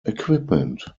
equipment